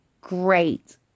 great